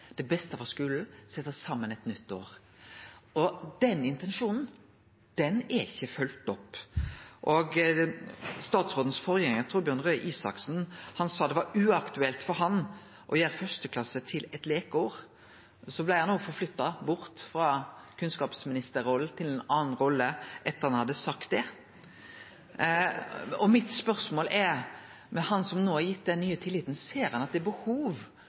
det beste frå skulen, og setje saman eit nytt år. Den intensjonen er ikkje følgt opp. Statsrådens forgjengar Torbjørn Røe Isaksen sa at det var uaktuelt for han å gjere 1. klasse til eit leikeår. Så blei han òg flytta bort frå kunnskapsministerrollen til ein annan rolle etter at han hadde sagt det, og spørsmålet mitt er, til han som nå er blitt gitt denne nye tilliten: Ser han at det er behov